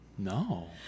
No